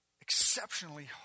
exceptionally